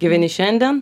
gyveni šiandien